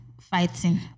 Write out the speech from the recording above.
fighting